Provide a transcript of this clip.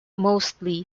mostly